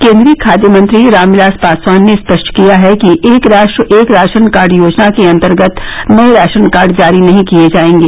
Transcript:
केंद्रीय खाद्य मंत्री रामविलास पासवान ने स्पष्ट किया है कि एक राष्ट्र एक राशन कार्ड योजना के अंतर्गत नए राशन कार्ड जारी नहीं किए जाएंगे